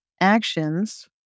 actions